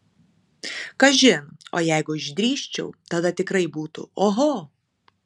kažin o jeigu išdrįsčiau tada tikrai būtų oho